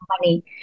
money